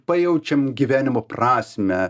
pajaučiam gyvenimo prasmę